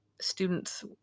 students